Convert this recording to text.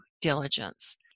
diligence